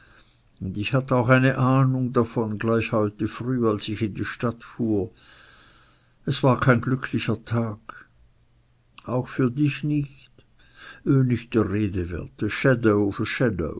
und ich hatt auch eine ahnung davon gleich heute früh als ich in die stadt fuhr es war kein glücklicher tag auch für dich nicht nicht der rede wert